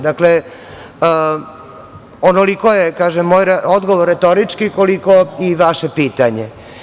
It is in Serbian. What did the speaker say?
Dakle, onoliko je, kažem, moj odgovor retorički koliko i vaše pitanje.